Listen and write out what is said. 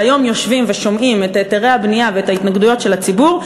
שהיום יושבים ושומעים את היתרי הבנייה ואת ההתנגדויות של הציבור,